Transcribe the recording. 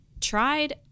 tried